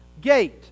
gate